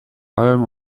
allem